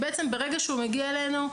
בעצם ברגע שהנפגע מגיע אלינו,